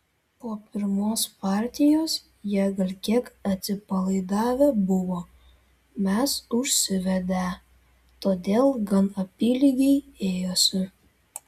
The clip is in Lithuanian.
po pirmos partijos jie gal kiek atsipalaidavę buvo mes užsivedę todėl gan apylygiai ėjosi